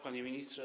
Panie Ministrze!